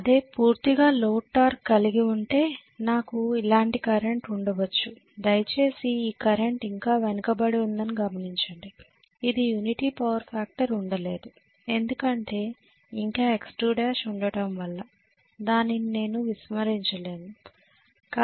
అదే పూర్తిగా load torque కలిగి ఉంటే నాకు ఇలాంటి కరెంట్ ఉండవచ్చు దయచేసి ఈ కరెంట్ ఇంకా వెనుకబడి ఉందని గమనించండి ఇది యూనిటీ పవర్ ఫ్యాక్టర్ ఉండలేదు ఎందుకంటే ఇంకా X2l ఉండటం వల్ల దానిని నేను విస్మరించలేను